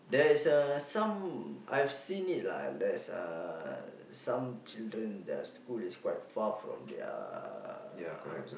there's uh some I've seen it lah there's uh some children their school is quite far from their house